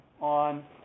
on